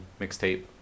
mixtape